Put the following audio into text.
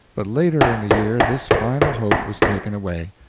but later in the year this final hope was taken away.